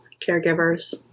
caregivers